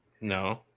No